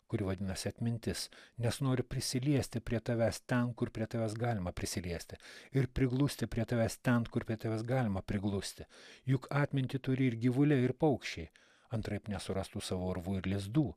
kuri vadinasi atmintis nes noriu prisiliesti prie tavęs ten kur prie tavęs galima prisiliesti ir priglusti prie tavęs ten kur prie tavęs galima priglusti juk atmintį turi ir gyvuliai ir paukščiai antraip nesurastų savo urvų ir lizdų